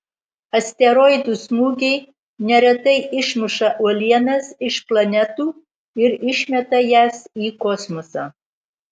asteroidų smūgiai neretai išmuša uolienas iš planetų ir išmeta jas į kosmosą